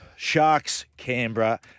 Sharks-Canberra